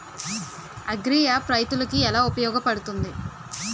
Agri app రైతులకి ఏలా ఉపయోగ పడుతుంది?